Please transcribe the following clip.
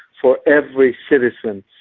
for every citizen.